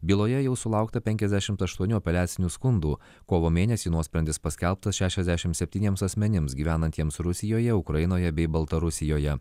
byloje jau sulaukta penkiasdešimt aštuoni apeliacinių skundų kovo mėnesį nuosprendis paskelbtas šešiasdešimt septyniems asmenims gyvenantiems rusijoje ukrainoje bei baltarusijoje